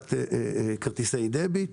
והנפקת כרטיסי דביט,